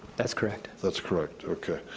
that's correct. that's correct, okay.